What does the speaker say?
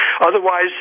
otherwise